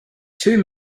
two